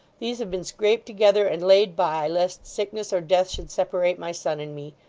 these have been scraped together and laid by, lest sickness or death should separate my son and me.